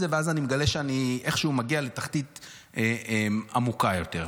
ואז אני מגלה שאני מגיע לתחתית עמוקה יותר.